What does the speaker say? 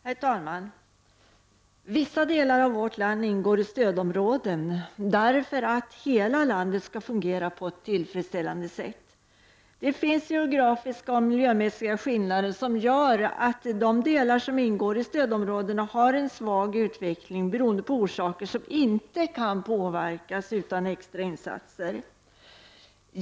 Herr talman! Vissa delar av vårt land ingår i stödområden, därför att hela landet skall fungera på ett tillfredsställande sätt. Det finns geografiska och miljömässiga skillnader som gör att de delar som ingår i stödområdena har en svag utveckling, beroende på omständigheter som inte kan påverkas utan extra insatser.